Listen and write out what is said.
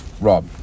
Rob